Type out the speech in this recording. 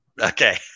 Okay